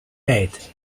eight